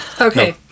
Okay